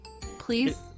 Please